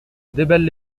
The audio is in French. déballe